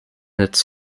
its